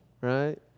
Right